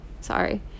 sorry